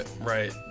Right